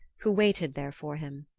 who waited there for him.